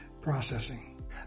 processing